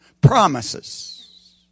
promises